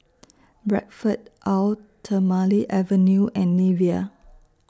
Bradford Eau Thermale Avene and Nivea